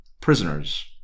Prisoners